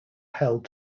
held